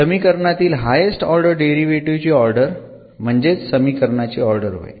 समीकरणातील highest order derivative ची order म्हणजेच समीकरणांची ऑर्डर होय